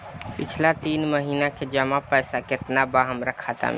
पिछला तीन महीना के जमा पैसा केतना बा हमरा खाता मे?